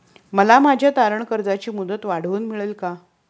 मला माझ्या तारण कर्जाची मुदत वाढवून मिळेल का?